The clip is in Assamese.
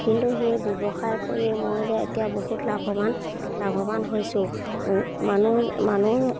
কিন্তু সেই ব্যৱসায় কৰিয়ে মই যে এতিয়া বহুত লাভৱান লাভৱান হৈছোঁ মানুহ মানুহ